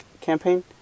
campaign